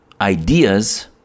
ideas